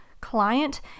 client